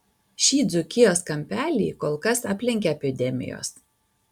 šį dzūkijos kampelį kol kas aplenkia epidemijos